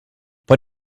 but